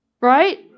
Right